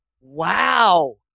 Wow